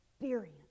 experience